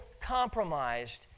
compromised